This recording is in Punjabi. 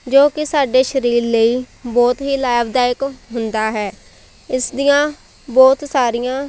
ਜੋ ਕਿ ਸਾਡੇ ਸਰੀਰ ਲਈ ਬਹੁਤ ਹੀ ਲਾਭਦਾਇਕ ਹੁੰਦਾ ਹੈ ਇਸਦੀਆਂ ਬਹੁਤ ਸਾਰੀਆਂ